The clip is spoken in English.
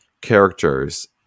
characters